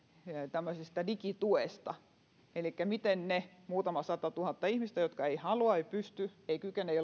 tämmöisestä digituesta elikkä siitä miten ne muutama satatuhatta ihmistä jotka eivät halua eivät pysty eivät kykene